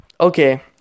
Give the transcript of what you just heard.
Okay